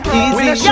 easy